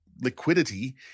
liquidity